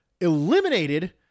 eliminated